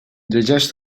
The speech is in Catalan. llegeix